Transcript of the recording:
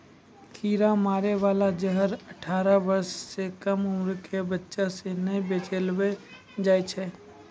कीरा मारै बाला जहर अठारह बर्ष सँ कम उमर क बच्चा सें नै बेचबैलो जाय छै